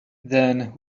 then